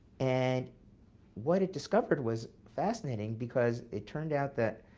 and what it discovered was fascinating, because it turned out that